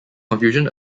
confusion